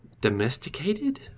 domesticated